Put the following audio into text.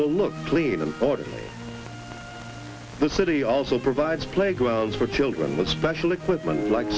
will look clean and ordered the city also provides playgrounds for children with special equipment like